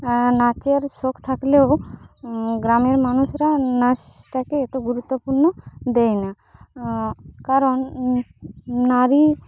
নাচের শখ থাকলেও গ্রামের মানুষরা নাচটাকে এত গুরুত্ব দেয় না কারণ নারী